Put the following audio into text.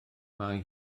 mae